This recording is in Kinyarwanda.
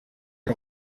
ari